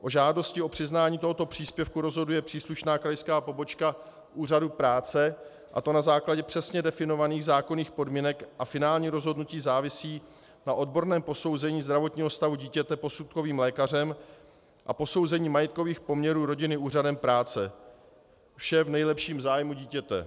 O žádosti o přiznání tohoto příspěvku rozhoduje příslušná krajská pobočka úřadu práce, a to na základě přesně definovaných zákonných podmínek a finální rozhodnutí závisí na odborném posouzení zdravotního stavu dítěte posudkovým lékařem a posouzení majetkových poměrů rodiny úřadem práce, vše v nejlepším zájmu dítěte.